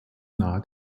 nahe